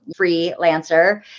freelancer